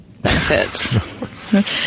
benefits